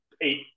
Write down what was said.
eight